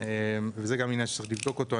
זה עניין שצריך לבדוק אותו.